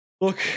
look